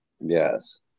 Yes